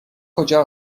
کجا